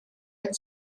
had